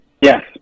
Yes